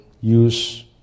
use